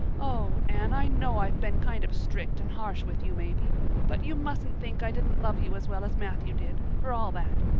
oh, anne, i know i've been kind of strict and harsh with you maybe but you mustn't think i didn't love you as well as matthew did, for all that.